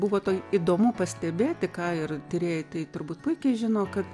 buvo tai įdomu pastebėti ką ir tyrėjai tai turbūt puikiai žino kad